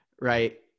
right